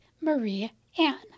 Marie-Anne